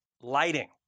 lighting